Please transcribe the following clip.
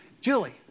Julie